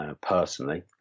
personally